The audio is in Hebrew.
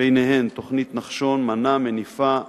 וביניהן "נחשון", "מנע" ו"מניפה".